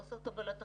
חוסר קבלת החלטות,